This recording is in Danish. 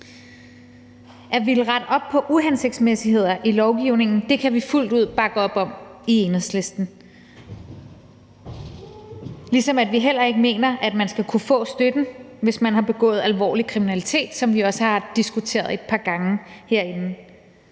At ville rette op på uhensigtsmæssigheder i lovgivningen kan vi i Enhedslisten fuldt ud bakke op om, ligesom vi heller ikke mener, at man skal kunne få støtten, hvis man har begået alvorlig kriminalitet, hvilket vi også har diskuteret et par gange herinde.